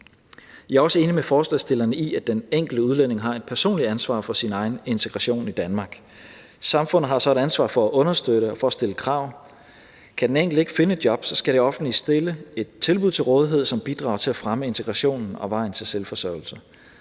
Jeg er også enig med forslagsstillerne i, at den enkelte udlænding har et personligt ansvar for sin egen integration i Danmark. Samfundet har så et ansvar for at understøtte og stille krav, men kan den enkelte ikke finde et job, skal det offentlige stille et tilbud til rådighed, som bidrager til at fremme integrationen og vejen til selvforsørgelse.